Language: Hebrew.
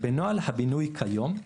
בנוהל הבינוי כיום,